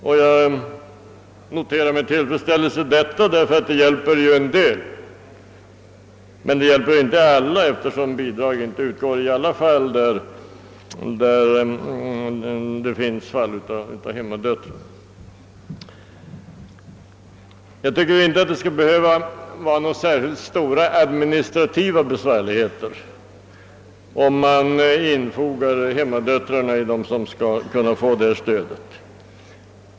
Jag noterar detta med tillfredsställelse, eftersom det hjälper en del. Det hjälper dock inte alla, eftersom bidrag inte alltid utgår till hemmadöttrar. Det skulle inte behöva medföra särskilt stora administrativa besvärligheter, om man infogade hem madöttrarna bland dem som skall kunna få detta stöd.